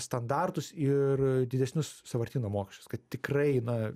standartus ir didesnius sąvartyno mokesčius kad tikrai na